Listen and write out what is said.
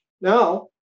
Now